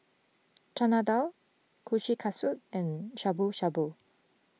Chana Dal Kushikatsu and Shabu Shabu